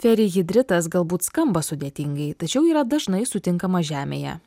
perihidritas galbūt skamba sudėtingai tačiau yra dažnai sutinkamas žemėje